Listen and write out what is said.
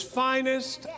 finest